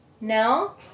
No